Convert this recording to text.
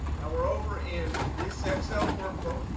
now, we're over in this excel workbook.